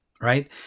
right